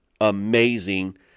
amazing